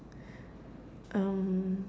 um